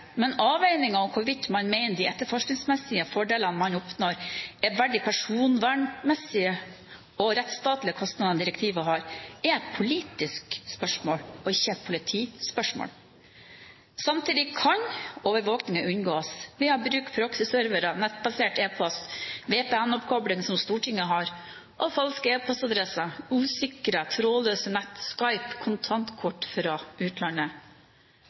Men avveiningen av hvorvidt man mener de etterforskningsmessige fordelene man oppnår, er verdt de personvernmessige og rettsstatlige kostnadene direktivet har, er et politisk spørsmål, ikke et politispørsmål. Samtidig kan overvåkningen omgås ved å bruke proxy-servere, nettbasert e-post, VPN-oppkobling, som Stortinget har, falske e-postadresser, usikrede trådløse nett, Skype og kontantkort fra utlandet.